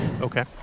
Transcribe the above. Okay